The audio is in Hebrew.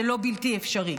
זה לא בלתי אפשרי.